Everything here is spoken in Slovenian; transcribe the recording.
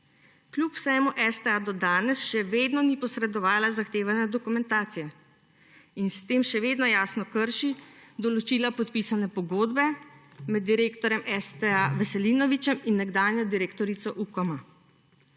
Kljub vsemu STA do danes še vedno ni posredovala zahtevane dokumentacije in s tem še vedno jasno krši določila podpisane pogodbe med direktorjem STA Veselinovičem in nekdanjo direktorico Ukoma.